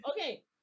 Okay